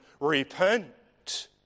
repent